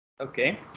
Okay